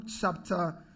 chapter